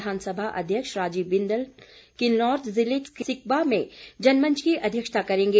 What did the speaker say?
विधानसभा अध्यक्ष राजीव बिंदल किन्नौर जिले के स्किबा में जनमंच की अध्यक्षता करेंगे